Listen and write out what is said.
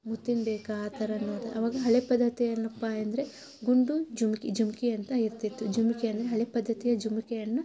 ಮುತ್ತಿನ ಬೇಕಾ ಆ ಥರ ನೋಡ್ತಾರೆ ಅವಾಗ ಹಳೆಯ ಪದ್ಧತಿ ಏನಪ್ಪ ಎಂದರೆ ಗುಂಡು ಜುಮಕಿ ಜುಮಕಿ ಅಂತ ಇರ್ತಿತ್ತು ಜುಮಕಿ ಅಂದರೆ ಹಳೆಯ ಪದ್ಧತಿಯ ಜುಮಕಿಯನ್ನು